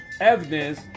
evidence